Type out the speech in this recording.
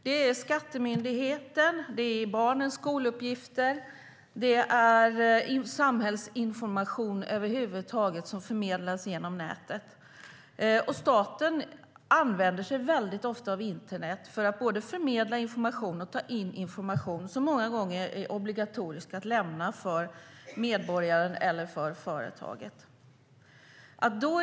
Det är information från Skatteverket, barnens skoluppgifter och samhällsinformation över huvud taget som förmedlas via nätet. Staten använder sig väldigt ofta av internet för att både förmedla information och ta in information som många gånger är obligatorisk att lämna för medborgaren eller för företaget.